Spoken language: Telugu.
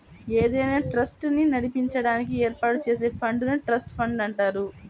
ఏదైనా ట్రస్ట్ ని నడిపించడానికి ఏర్పాటు చేసే ఫండ్ నే ట్రస్ట్ ఫండ్ అంటారు